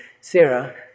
Sarah